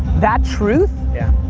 that truth. yeah.